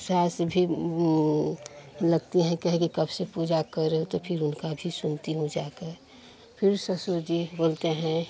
सास भी लगती हैं कहे के कब से पूजा कर रही हो तो फ़िर उनका भी सुनती हूँ जाकर फ़िर ससुर जी बोलते हैं